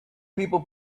people